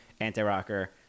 anti-rocker